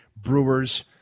Brewers